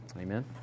Amen